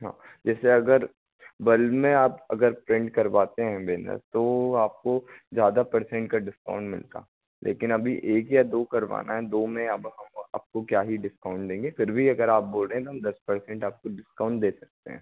हाँ जैसे अगर बल्क में आप अगर प्रिंट करवाते हैं बैनर तो आपको ज़्यादा परसेंट का डिस्काउंट मिलता लेकिन अभी एक या दो करवाना है दो में अब हम आपको क्या ही डिस्काउंट देंगे फिर भी अगर आप बोल रहे हैं हम दस परसेंट आपको डिस्काउंट दे सकते हैं